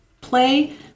play